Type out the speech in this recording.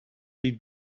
they